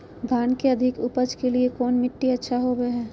धान के अधिक उपज के लिऐ कौन मट्टी अच्छा होबो है?